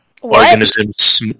organisms